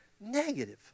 negative